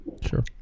Sure